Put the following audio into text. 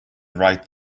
right